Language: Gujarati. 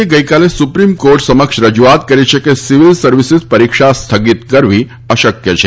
એ ગઈકાલે સુપ્રીમ કોર્ટ સમક્ષ રજૂઆત કરી છે કે સિવિલ સર્વિસ પરીક્ષા સ્થગિત કરવી અશક્ય છે